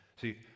See